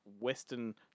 Western